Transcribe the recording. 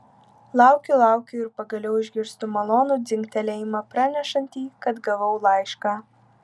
laukiu laukiu ir pagaliau išgirstu malonų dzingtelėjimą pranešantį kad gavau laišką